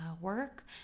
work